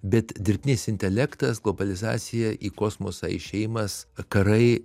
bet dirbtinis intelektas globalizacija į kosmosą išėjimas karai